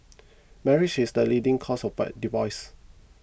marriage is the leading cause of divorces